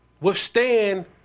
withstand